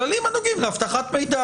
כללים הנוגעים לאבטחת מידע,